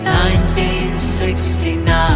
1969